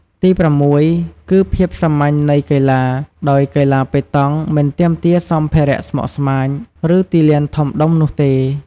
ទីប្រាំមួយគឺភាពសាមញ្ញនៃកីឡា ដោយកីឡាប៉េតង់មិនទាមទារសម្ភារៈស្មុគស្មាញ ឬទីលានធំដុំនោះទេ។